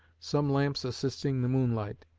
some lamps assisting the moonlight.